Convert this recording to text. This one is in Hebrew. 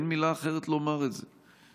אין מילה אחרת לומר את זה.